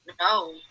no